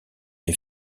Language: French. les